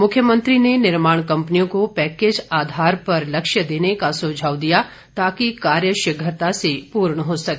मुख्यमंत्री ने निर्माण कम्पनियों को पैकेज आधार पर लक्ष्य देने का सुझाव दिया ताकि कार्य शीघ्रता से पूर्ण हो सके